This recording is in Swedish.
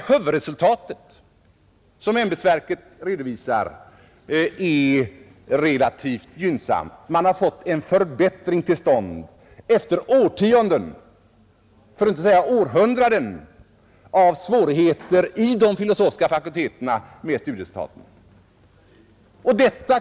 Men huvudresultatet som ämbetsverket redovisar är relativt gynnsamt. Man har fått en förbättring till stånd efter årtionden, för att inte säga århundraden av svårigheter med studieresultaten vid de filosofiska fakulteterna.